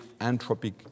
anthropic